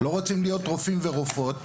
לא רוצים להיות רופאים ורופאות,